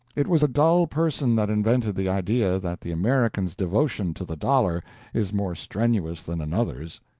it was a dull person that invented the idea that the american's devotion to the dollar is more strenuous than another's.